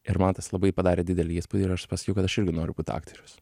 ir man tas labai padarė didelį įspūdį ir aš pasakiau kad aš irgi noriu būt aktorius